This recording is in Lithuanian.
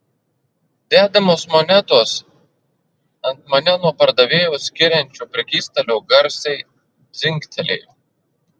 dedamos monetos ant mane nuo pardavėjo skiriančio prekystalio garsiai dzingtelėjo